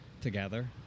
together